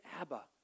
Abba